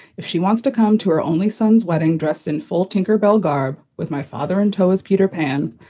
if she wants to come to her only son's wedding dress in full tinker bell garb with my father in tow is peter pan,